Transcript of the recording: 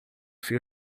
fio